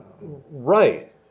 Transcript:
Right